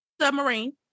submarine